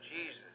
Jesus